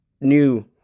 new